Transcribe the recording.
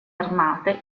armate